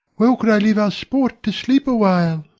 well could i leave our sport to sleep awhile.